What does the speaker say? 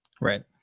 Right